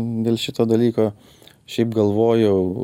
dėl šito dalyko šiaip galvojau